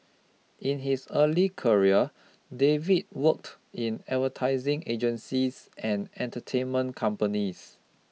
in his early career David worked in advertising agencies and entertainment companies